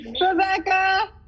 Rebecca